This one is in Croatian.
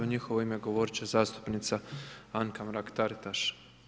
U njihovo ime govoriti će zastupnica Anka Mrak-Taritaš.